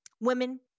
women